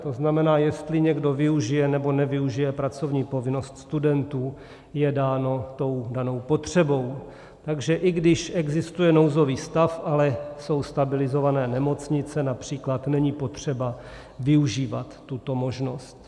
To znamená, jestli někdo využije nebo nevyužije pracovní povinnost studentů, je dáno tou danou potřebou, takže i když existuje nouzový stav, ale jsou stabilizované nemocnice, například, není potřeba využívat tuto možnost.